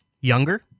younger